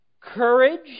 courage